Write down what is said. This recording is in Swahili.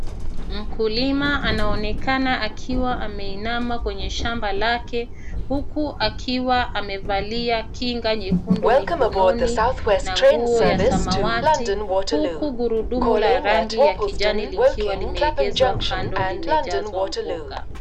Mkulima anaonekana akiwa ameinama kwenye shamba lake, huku akiwa amevalia kinga nyekundu mikononi na nguo ya samawati, huku gurudumu la rangi ya kijani likiwa limeegeshwa kando limejazwa mboga.